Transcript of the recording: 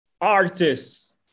artists